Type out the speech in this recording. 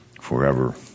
forever